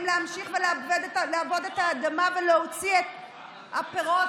להמשיך ולעבוד את האדמה ולהוציא את הפירות